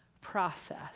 process